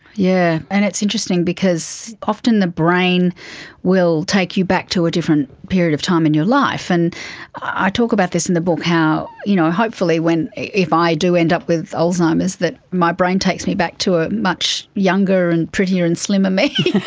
yeah and it's interesting because often the brain will take you back to a different period of time in your life. and i talk about this in the book, how you know hopefully if i do end up with alzheimer's, that my brain takes me back to a much younger and prettier and slimmer me.